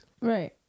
Right